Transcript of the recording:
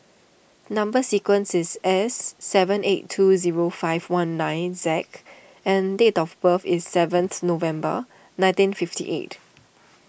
Number Sequence is S seven eight zero two five one nine Z and date of birth is seventh November nineteen fifty eight